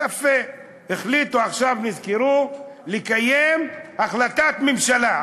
יפה, החליטו, עכשיו נזכרו, לקיים החלטת ממשלה.